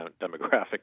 demographic